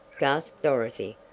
gasped dorothy.